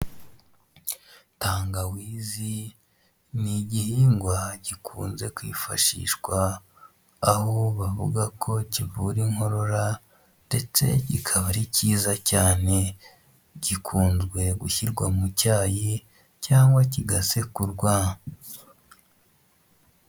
Tangawizi ni igihingwa gikunze kwifashishwa, aho bavuga ko kivura inkorora ndetse kikaba ari cyiza cyane, gikunzwe gushyirwa mu cyayi cyangwa kigasekurwa.